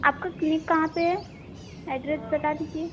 आपका क्लीनिक कहाँ पर है एड्रेस बता दीजिए